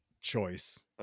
choice